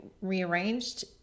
rearranged